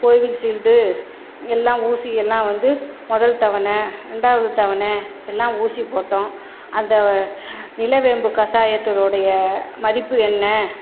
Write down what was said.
Covishield எல்லாம் ஊசி எல்லாம் வந்து முதல் தவணை ரெண்டாவது தவணை எல்லாம் ஊசி போட்டோம் அந்த நிலவேம்பு கஷாயத்துடைய மதிப்பு என்ன